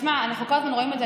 תשמע, אנחנו כל הזמן רואים את זה.